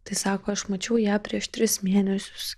tai sako aš mačiau ją prieš tris mėnesius